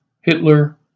Hitler